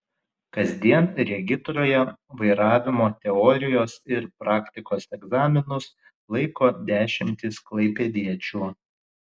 kasdien regitroje vairavimo teorijos ir praktikos egzaminus laiko dešimtys klaipėdiečių